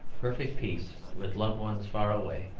perfect peace, with loved ones far away.